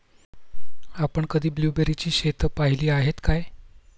आपण कधी ब्लुबेरीची शेतं पाहीली आहेत काय?